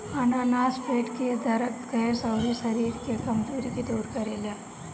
अनानास पेट के दरद, गैस, अउरी शरीर के कमज़ोरी के दूर करेला